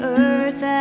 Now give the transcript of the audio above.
earth